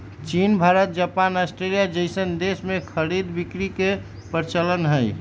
चीन Bharat Japan Australia जइसन देश में खरीद बिक्री के परचलन हई